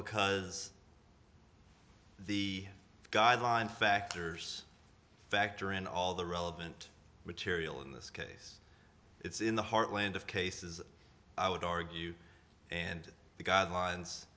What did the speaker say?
because the guideline factors factor in all the relevant material in this case it's in the heartland of cases i would argue and the guidelines